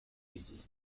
uses